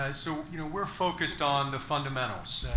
ah so you know we're focused on the fundamentals.